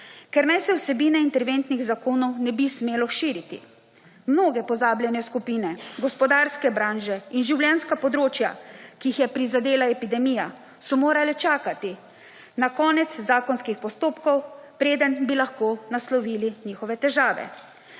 ker naj se vsebine interventnih zakonov nebi smelo širiti. Mnoge pozabljene skupine, gospodarske branže in življenjska področja, ki jih je prizadela **4. TRAK: (SC) - 10.15** (nadaljevanje) epidemija so morale čakati na konec zakonskih postopkov preden bi lahko naslovili njihove težave.